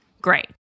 Great